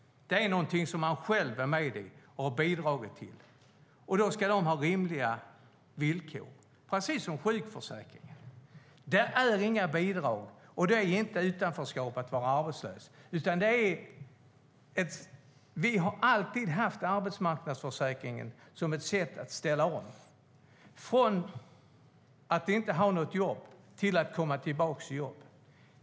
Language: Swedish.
Därför ska villkoren vara rimliga. Detsamma gäller sjukförsäkringen. Dessa försäkringar är inga bidrag, och det innebär inte något utanförskap att vara arbetslös. Vi har alltid sett arbetslöshetsförsäkringen som ett sätt att ställa om från att inte ha något jobb till att komma tillbaka i jobb.